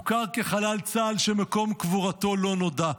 הוכר כחלל צה"ל שמקום קבורתו לא נודע.